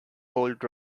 old